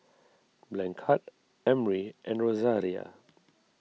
Blanchard Emry and Rosaria